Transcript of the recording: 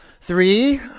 Three